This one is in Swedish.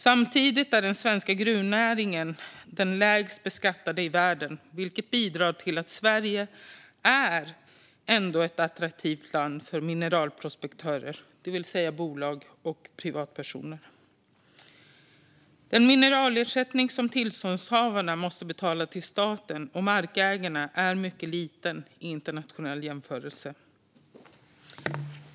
Samtidigt är den svenska gruvnäringen den lägst beskattade i världen, vilket bidrar till att göra Sverige till ett mycket attraktivt land för mineralprospektörer, det vill säga bolag eller privatpersoner. Den mineralersättning som tillståndshavarna måste betala till staten och markägarna är mycket liten i internationell jämförelse.